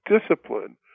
discipline